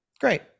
great